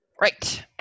Right